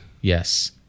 Yes